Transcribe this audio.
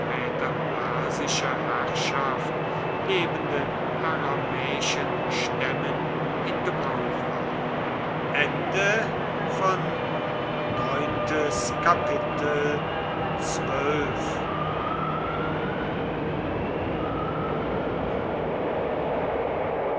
später persischer herrschaft lebenden aramäischen stämmen in gebrauch waren